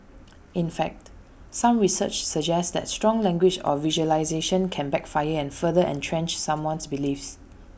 in fact some research suggests that strong language or visualisations can backfire and further entrench someone's beliefs